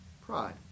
Pride